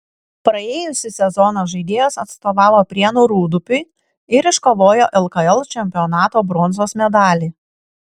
praėjusį sezoną žaidėjas atstovavo prienų rūdupiui ir iškovojo lkl čempionato bronzos medalį